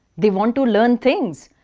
they want to learn things.